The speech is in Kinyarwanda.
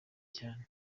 cyane